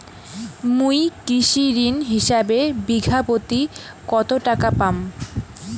মুই কৃষি ঋণ হিসাবে বিঘা প্রতি কতো টাকা পাম?